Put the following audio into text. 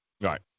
Right